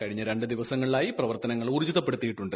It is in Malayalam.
കഴിഞ്ഞ രണ്ടു ദിവസങ്ങളിലായി പ്രവർത്തനങ്ങൾ ഊർജ്ജിതപ്പെടുത്തിയിട്ടുണ്ട്